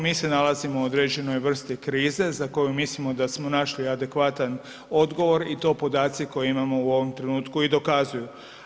Mi se nalazimo u određenoj vrsti krize za koju mislimo da smo našli adekvatan odgovor i to podaci koje imamo u ovom trenutku i dokazuju.